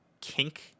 kink